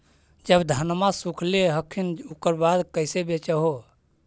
जब धनमा सुख ले हखिन उकर बाद कैसे बेच हो?